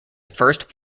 first